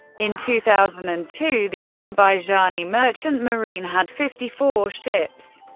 in two thousand and two the azerbaijani merchant marine had fifty four ships.